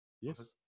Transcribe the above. Yes